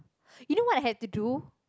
you know what I had to do